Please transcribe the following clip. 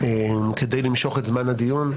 כדי למשוך את זמן הדיון,